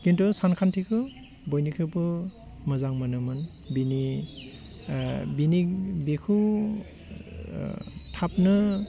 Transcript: खिन्थु सानखान्थिखौ बयनिख्रुइबो मोजां मोनोमोन बिनि बिनि बिखौ थाबनो